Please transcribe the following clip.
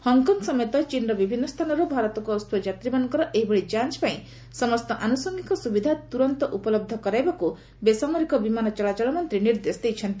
Hong Kong ସମେତ ଚୀନ୍ର ବିଭିନ୍ନ ସ୍ଥାନରୁ ଭାରତକୁ ଆସୁଥିବା ଯାତ୍ରୀମାନଙ୍କର ଏହିଭଳି ଯାଞ୍ ପାଇଁ ସମସ୍ତ ଆନୁଷଙ୍ଗିକ ସୁବିଧା ତୁରନ୍ତ ଉପଲବ୍ଧ କରାଇବାକୁ ବେସାମରିକ ବିମାନ ଚଳାଚଳ ମନ୍ତ୍ରୀ ନିର୍ଦ୍ଦେଶ ଦେଇଛନ୍ତି